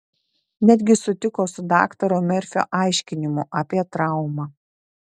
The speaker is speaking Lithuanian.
netgi sutiko su daktaro merfio aiškinimu apie traumą